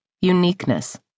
Uniqueness